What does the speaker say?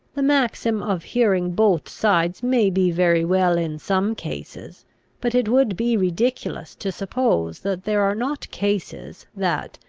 the maxim of hearing both sides may be very well in some cases but it would be ridiculous to suppose that there are not cases, that,